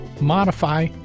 modify